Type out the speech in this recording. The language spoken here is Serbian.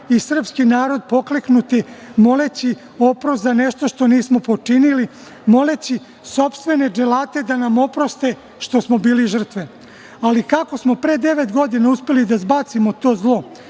i srpski narod pokleknuti moleći oprost za nešto što nismo počinili, moleći sopstvene dželate da nam oproste što smo bili žrtve. Ali, kako smo pre devet godina uspeli da zbacimo to zlo